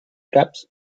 caps